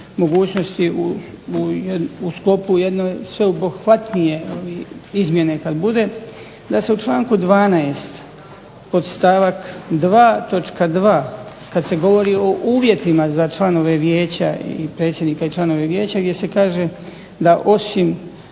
mogućnosti, u sklopu jedne sveobuhvatnije izmjene kada bude, da se u članku 12. podstavak 2. točka 2. kad se govori o uvjetima za članove vijeća, predsjednika i članove vijeća gdje se kaže da osim